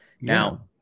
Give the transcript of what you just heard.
Now